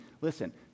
Listen